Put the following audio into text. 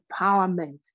empowerment